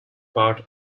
part